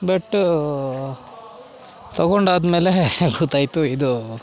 but ತೊಗೊಂಡಾದ್ಮೇಲೆ ಗೊತ್ತಾಯ್ತು ಇದು